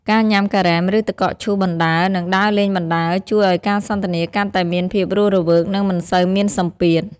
ការញ៉ាំ "ការ៉េម" ឬ "ទឹកកកឈូស" បណ្ដើរ និងដើរលេងបណ្ដើរ ជួយឱ្យការសន្ទនាកាន់តែមានភាពរស់រវើក និងមិនសូវមានសម្ពាធ។